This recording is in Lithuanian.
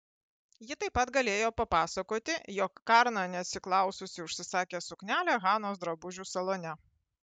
ji taip pat galėjo papasakoti jog karna neatsiklaususi užsisakė suknelę hanos drabužių salone